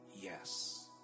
yes